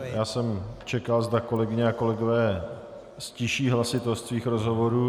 Já jsem čekal, zda kolegyně a kolegové ztiší hlasitost svých rozhovorů.